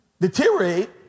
deteriorate